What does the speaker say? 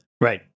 Right